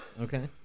Okay